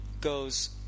goes